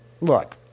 look